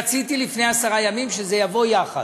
אדוני, כשהוא יסיים אני אתן לך את,